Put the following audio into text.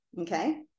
okay